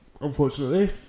unfortunately